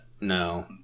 No